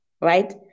right